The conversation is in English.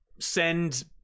send